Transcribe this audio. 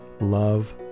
love